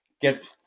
Get